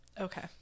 Okay